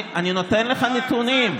אני נותן לך נתונים.